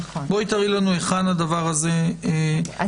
תראי לנו היכן הדבר הזה נמצא.